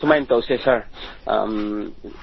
ꯁꯨꯃꯥꯏꯅ ꯇꯧꯁꯦ ꯁꯥꯔ